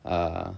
uh